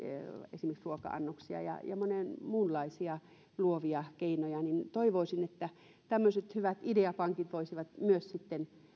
esimerkiksi ruoka annoksia ja ja on monia muunlaisia luovia keinoja toivoisin että tämmöiset hyvät ideapankit voisivat myös